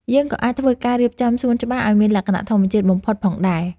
យើងក៏អាចធ្វើការរៀបចំសួនច្បារឱ្យមានលក្ខណៈធម្មជាតិបំផុតផងដែរ។